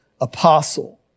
apostle